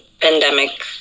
pandemic